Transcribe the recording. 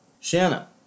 Shanna